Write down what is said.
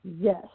Yes